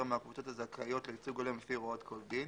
מהקבוצות הזכאיות לייצוג הולם לפי הוראות כל דין,